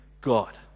God